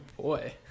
boy